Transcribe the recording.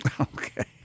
Okay